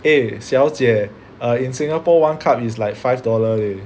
eh 小姐 err in Singapore one cup is like five dollar leh